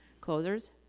closers